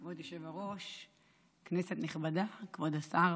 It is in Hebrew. כבוד היושב-ראש, כנסת נכבדה, כבוד השר,